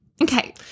Okay